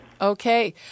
Okay